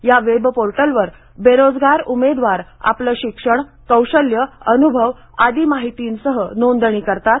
या वेबपोर्टलवर बेरोजगार उमेदवार आपलं शिक्षण कौशल्ये अनुभव आदी माहीतींसह नोंदणी करतात